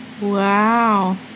Wow